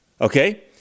okay